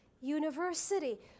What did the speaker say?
university